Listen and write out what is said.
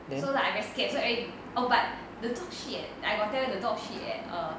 so like I very scared eh oh but the dog shit eh I got tell you the dog shit at err